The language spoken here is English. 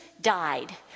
died